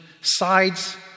sides